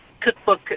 cookbook